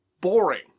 boring